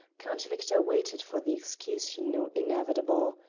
count victor waited for the excuse he knew inevitable.